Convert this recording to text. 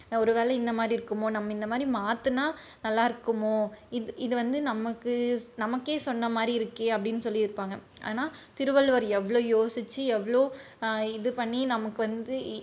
ஒரு வேளை இந்த மாதிரி இருக்குமோ நம்ம இந்த மாதிரி மாற்றினா நல்லாயிருக்குமோ இத் இது வந்து நமக்கு ஸ் நமக்கே சொன்ன மாதிரி இருக்கே அப்படின் சொல்லி இருப்பாங்க ஆனால் திருவள்ளுவர் எவ்வளோ யோசிச்சு எவ்வளோ இது பண்ணி நமக்கு வந்து